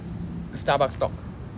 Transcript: starbucks stock